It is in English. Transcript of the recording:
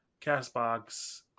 CastBox